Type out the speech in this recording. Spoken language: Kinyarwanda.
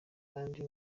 kandi